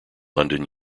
london